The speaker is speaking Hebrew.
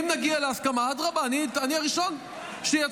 אם נגיע להסכמה, אדרבא, אני הראשון שיצביע.